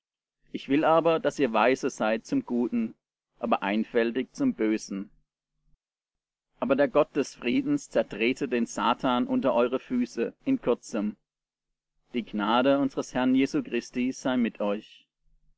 ich will aber daß ihr weise seid zum guten aber einfältig zum bösen aber der gott des friedens zertrete den satan unter eure füße in kurzem die gnade unsers herrn jesu christi sei mit euch